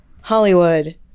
Hollywood